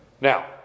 Now